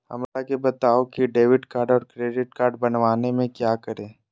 हमरा के बताओ की डेबिट कार्ड और क्रेडिट कार्ड बनवाने में क्या करें?